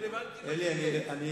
רלוונטי מה שיהיה.